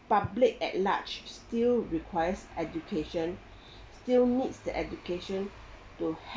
public at large still requires education still needs the education to